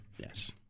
Yes